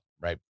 right